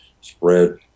spread